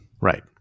right